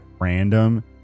random